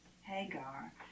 Hagar